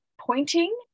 pointing